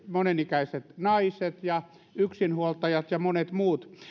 monenikäiset naiset ja yksinhuoltajat ja monet muut